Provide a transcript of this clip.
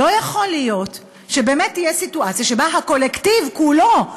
לא יכול להיות שתהיה סיטואציה שבה הקולקטיב כולו,